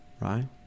right